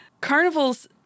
carnivals